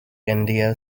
india